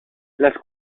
las